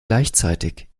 gleichzeitig